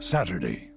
Saturday